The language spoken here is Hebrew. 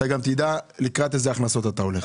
אתה גם תדע לקראת איזה הכנסות אתה תלך.